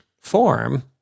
form